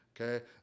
okay